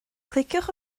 cliciwch